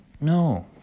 No